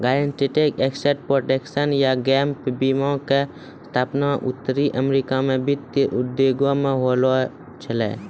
guaranteed asset protection या gap बीमा के स्थापना उत्तरी अमेरिका मे वित्तीय उद्योग मे होलो छलै